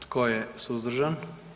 Tko je suzdržan?